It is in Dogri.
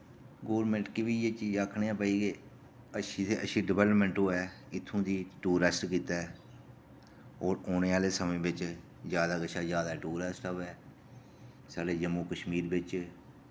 गोरमेंट गी बी इ'यै चीज आखने भाई एह् अच्छी ते अच्छी डेवलोपमेन्ट होऐ इत्थूं दी टूरेस्ट गित्तै होर औने आह्ले समें बिच्च ज्दाया कशा ज्यादा टूरिस्ट आवै साढ़े जम्मू कश्मीर बिच्च